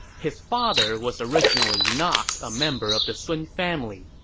his father was originally not a member of the sun family,